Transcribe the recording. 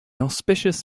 auspicious